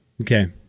Okay